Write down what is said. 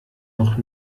noch